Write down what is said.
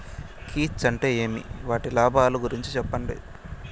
కీచ్ అంటే ఏమి? వాటి లాభాలు గురించి సెప్పండి?